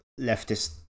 leftist